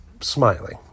smiling